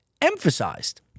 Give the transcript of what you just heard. emphasized